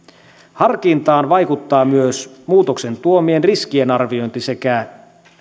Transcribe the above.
harkintaan vaikuttaa myös muutoksen tuomien riskien arviointi sekä